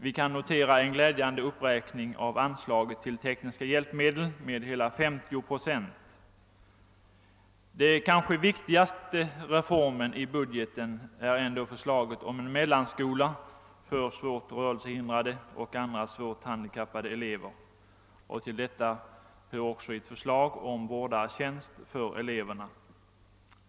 Vi kan notera en glädjande uppräkning av anslaget till tekniska hjälpmedel med hela 50 procent. Den kanske viktigaste reformen i budgeten är ändå förslaget om en mellanskola för svårt rörelsehindrade och andra svårt handikappade elever. Till detta hör också ett förslag om vårdartjänst för eleverna.